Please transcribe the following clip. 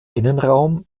innenraum